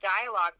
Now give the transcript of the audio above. dialogue